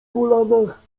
kolanach